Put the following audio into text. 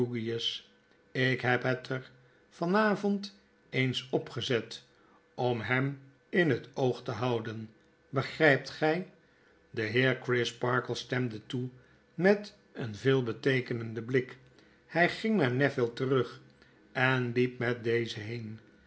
ik heb het er van avond eens opgezet om hem in het oog te houden begrijpt gij de heer crisparkle stemde toe met een veelbeteekenenden blik hij ging naar neville terug en liep met dezen heen